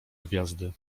gwiazdy